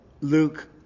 Luke